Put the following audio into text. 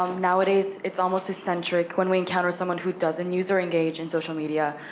um nowadays, it's almost eccentric when we encounter, someone who doesn't use or engage in social media,